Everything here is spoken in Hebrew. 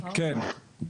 כולם,